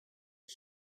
his